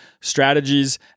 strategies